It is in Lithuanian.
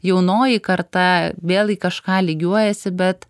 jaunoji karta vėl į kažką lygiuojasi bet